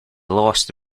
lost